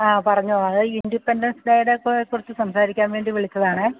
ആ പറഞ്ഞോളൂ ഇൻഡിപെൻഡൻസ് ഡേടെ കുറിച്ച് സംസാരിക്കാൻ വേണ്ടി വിളിച്ചതാണ്